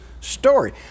story